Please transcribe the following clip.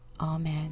Amen